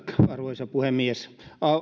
arvoisa puhemies